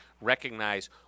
recognize